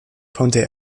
konnte